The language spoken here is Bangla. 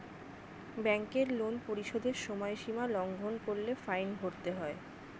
ব্যাংকের লোন পরিশোধের সময়সীমা লঙ্ঘন করলে ফাইন ভরতে হয়